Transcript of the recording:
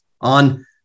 on